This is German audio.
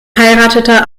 heiratete